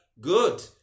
good